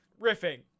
riffing